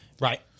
Right